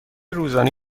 روزانه